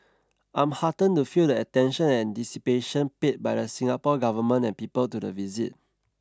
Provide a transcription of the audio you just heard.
I'm heartened to feel the attention and anticipation paid by the Singapore government and people to the visit